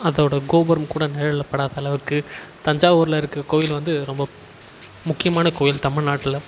அதோட கோபுரம் கூட நிழல்ல படாத அளவுக்கு தஞ்சாவூரில் இருக்கிற கோயில் வந்து ரொம்ப முக்கியமான கோவில் தமிழ்நாட்டில்